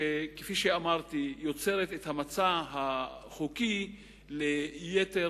שכפי שאמרתי יוצרת את המצע החוקי ליתר